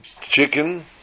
chicken